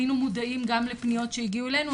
היינו מודעים גם לפניות שהגיעו אלינו,